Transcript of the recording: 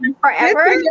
forever